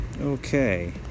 Okay